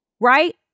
right